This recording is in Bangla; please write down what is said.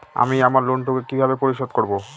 আমি আমার লোন টুকু কিভাবে পরিশোধ করব?